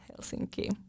Helsinki